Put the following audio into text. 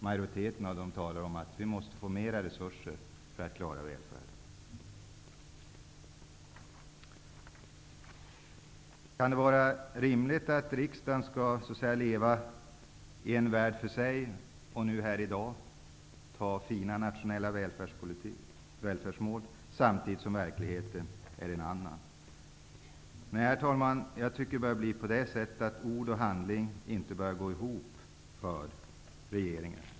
Majoriteten av dem menade att de måste få mera resurser för att klara välfärden. Kan det vara rimligt att riksdagen skall leva i en värld för sig och här i dag anta fina nationella välfärdsmål samtidigt som verkligheten är en annan? Nej, herr talman, jag tycker att det börjar bli så att ord och handling inte längre går ihop för regeringen.